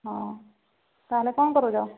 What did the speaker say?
ହଁ ତା'ହେଲେ କ'ଣ କରୁଛ